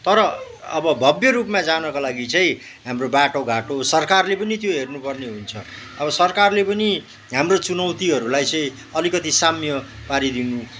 तर अब भव्य रूपमा जानको लागि चाहिँ हाम्रो बाटोघाटो सरकारले पनि त्यो हेर्नुपर्ने हुन्छ अब सरकारले पनि हाम्रो चुनौतीहरूलाई चाहिँ अलिकति साम्य पारिदिनु